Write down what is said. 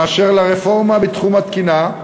אשר לרפורמה בתחום התקינה,